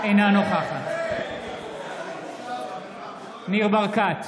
אינה נוכחת ניר ברקת,